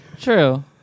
True